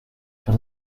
for